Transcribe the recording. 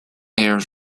air